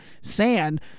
sand